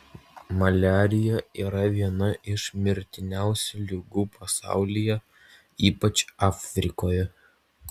maliarija yra viena iš mirtiniausių ligų pasaulyje ypač afrikoje